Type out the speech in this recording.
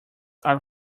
are